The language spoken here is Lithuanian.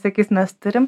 sakys mes turim